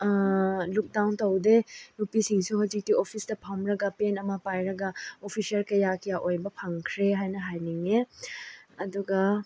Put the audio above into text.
ꯂꯨꯛ down ꯇꯧꯗꯦ ꯅꯨꯄꯤꯁꯤꯡꯁꯨ ꯍꯧꯖꯤꯛꯇꯤ ꯑꯣꯐꯤꯁꯇ ꯐꯝꯂꯒ ꯄꯦꯟ ꯑꯃ ꯄꯥꯏꯔꯒ ꯑꯣꯐꯤꯁꯥꯔ ꯀꯌꯥ ꯀꯌꯥ ꯑꯣꯏꯕ ꯐꯪꯈ꯭ꯔꯦ ꯍꯥꯏꯅ ꯍꯥꯏꯅꯤꯡꯉꯦ ꯑꯗꯨꯒ